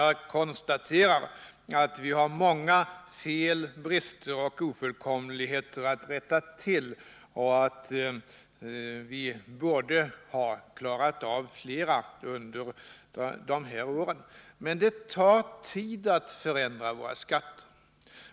Jag konstaterar att vi har många fel, brister och ofullkomligheter att rätta till och att vi borde ha klarat av fler under de här åren. Men det tar tid att förändra våra skatter.